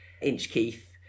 Inchkeith